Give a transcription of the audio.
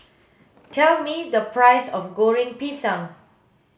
tell me the price of goreng pisang